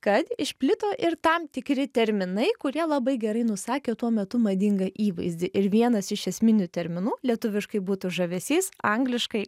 kad išplito ir tam tikri terminai kurie labai gerai nusakė tuo metu madingą įvaizdį ir vienas iš esminių terminų lietuviškai būtų žavesys angliškai